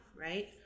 right